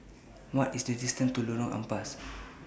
What IS The distance to Lorong Ampas